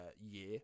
year